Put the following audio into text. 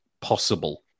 possible